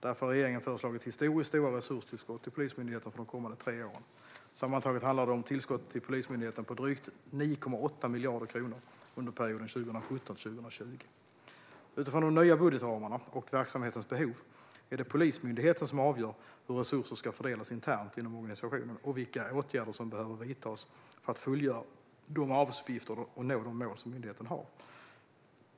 Därför har regeringen föreslagit historiskt stora resurstillskott till Polismyndigheten för de kommande tre åren. Sammantaget handlar det om tillskott till Polismyndigheten på drygt 9,8 miljarder kronor under perioden 2017-2020. Utifrån de nya budgetramarna och verksamhetens behov är det Polismyndigheten som avgör hur resurser ska fördelas internt inom organisationen och vilka åtgärder som behöver vidtas för att fullgöra de arbetsuppgifter och nå de mål som myndigheten har.